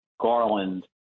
Garland